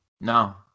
No